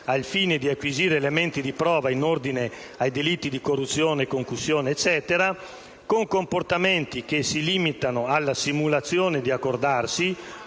fine di acquisire elementi di prova in ordine ai delitti» di corruzione e concussione, a comportamenti che si limitano alla simulazione di accordarsi